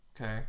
okay